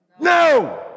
No